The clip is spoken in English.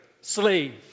slave